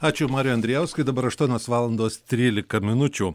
ačiū mariui andrijauskui dabar aštuonios valandos trylika minučių